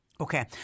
Okay